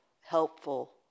helpful